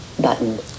button